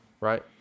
Right